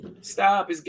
Stop